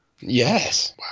Yes